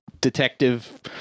detective